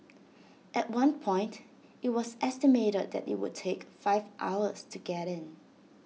at one point IT was estimated that IT would take five hours to get in